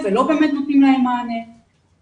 זו תקינה של משרד החינוך יחד עם משרד הבריאות.